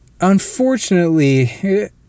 Unfortunately